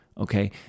Okay